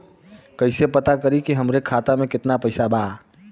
कइसे पता करि कि हमरे खाता मे कितना पैसा बा?